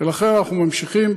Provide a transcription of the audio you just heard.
ולכן אנחנו ממשיכים.